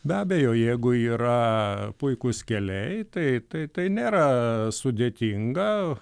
be abejo jeigu yra puikūs keliai tai tai tai nėra sudėtinga